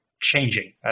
changing